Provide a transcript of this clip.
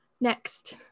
Next